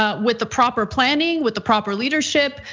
ah with the proper planning, with the proper leadership,